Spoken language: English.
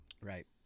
Right